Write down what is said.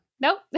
Nope